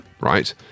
right